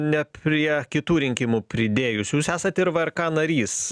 ne prie kitų rinkimų pridėjus jūs esat ir v er ka narys